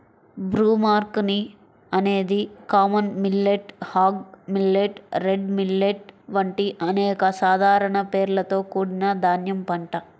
broomcorn అనేది common millet, hog millet, red millet వంటి అనేక సాధారణ పేర్లతో కూడిన ధాన్యం పంట